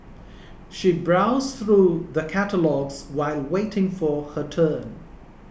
she browsed through the catalogues while waiting for her turn